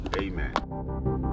Amen